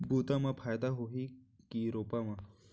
बुता म फायदा होही की रोपा म?